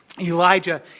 Elijah